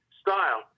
style